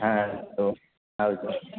હા તો આવજો